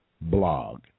blog